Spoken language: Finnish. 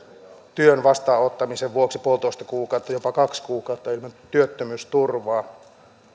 työn vastaanottamisen vuoksi puolitoista kuukautta jopa kaksi kuukautta ilman työttömyysturvaa